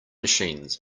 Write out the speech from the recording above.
machines